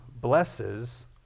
blesses